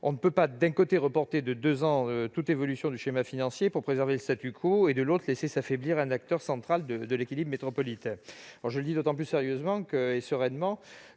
On ne peut pas, d'un côté, reporter de deux ans toute évolution du schéma financier pour préserver le et, de l'autre, laisser s'affaiblir un acteur central de l'équilibre métropolitain. Je le dis d'autant plus sérieusement et sereinement